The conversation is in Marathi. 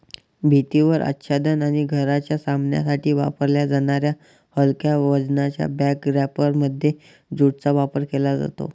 भिंतीवर आच्छादन आणि घराच्या सामानासाठी वापरल्या जाणाऱ्या हलक्या वजनाच्या बॅग रॅपरमध्ये ज्यूटचा वापर केला जातो